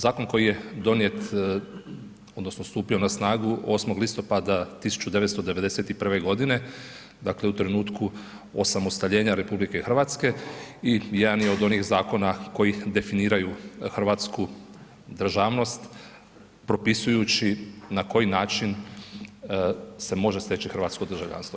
Zakon koji je donijet odnosno stupio na snagu 8. listopada 1991. godine, dakle u trenutku osamostaljenja RH i jedan je od onih zakona koji definiraju hrvatsku državnost propisujući na koji način se može steći hrvatsko državljanstvo.